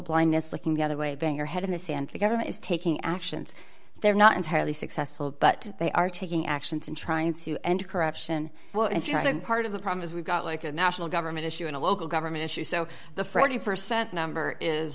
blindness looking the other way bang your head in the sand the government is taking actions they're not entirely successful but they are taking actions in trying to end corruption well it seems like part of the problem is we've got like a national government issue and a local government issue so the freddie percent number is